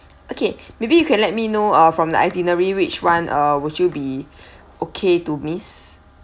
okay maybe you can let me know ah from the itinerary which one ah would you be okay to miss